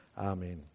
Amen